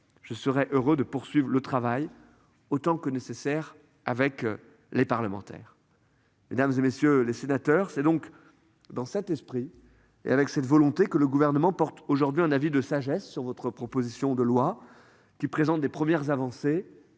je serais heureux de poursuivre le travail autant que nécessaire avec les parlementaires. Mesdames, et messieurs les sénateurs. C'est donc dans cet esprit et avec cette volonté que le gouvernement porte aujourd'hui un avis de sagesse sur votre proposition de loi qui présente des premières avancées.